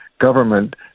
government